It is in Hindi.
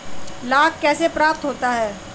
लाख कैसे प्राप्त होता है?